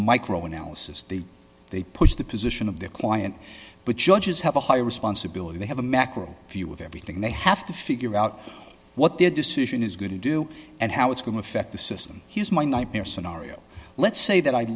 microanalysis the they push the position of their client but judges have a higher responsibility they have a macro view of the the thing they have to figure out what their decision is going to do and how it's going to affect the system here's my nightmare scenario let's say that i